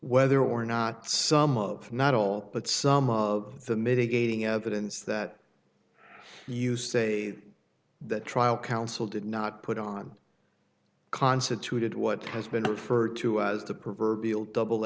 whether or not some not all but some of the mitigating evidence that you say the trial counsel did not put on constituted what has been referred to as the proverbial double